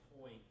point